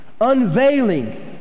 unveiling